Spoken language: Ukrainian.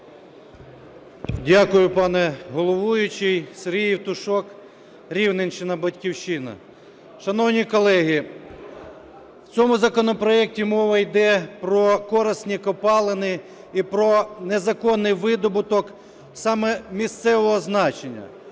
Дякую, пане головуючий. Сергій Євтушок, Рівненщина, "Батьківщина". Шановні колеги, у цьому законопроекті мова йде про корисні копалини і про незаконний видобуток саме місцевого значення.